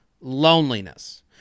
loneliness